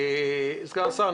סגן השר,